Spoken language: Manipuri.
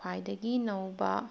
ꯈ꯭ꯋꯥꯏꯗꯒꯤ ꯅꯧꯕ